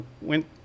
went